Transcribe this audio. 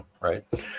right